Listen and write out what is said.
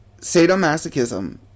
Sadomasochism